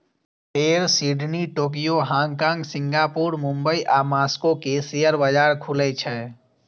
फेर Sydney, Tokyo, Hong Kong, Singapore, Mumbai आ Moscow के शेयर बाजार खुलै छै